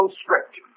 strict